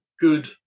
good